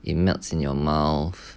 it melts in your mouth